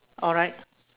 alright